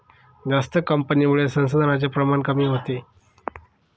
जास्त कापणीमुळे संसाधनांचे प्रमाण कमी होते